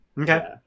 Okay